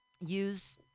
use